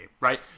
right